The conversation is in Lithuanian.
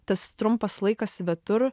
tas trumpas laikas svetur